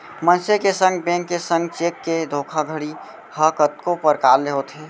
मनसे के संग, बेंक के संग चेक के धोखाघड़ी ह कतको परकार ले होथे